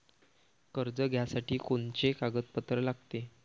कर्ज घ्यासाठी कोनचे कागदपत्र लागते?